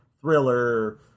thriller